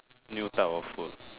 new type of food